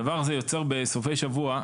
הדבר הזה יוצר בסופי שבוע,